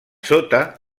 sota